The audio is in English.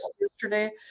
yesterday